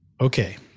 Okay